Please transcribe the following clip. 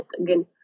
again